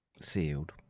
sealed